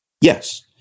Yes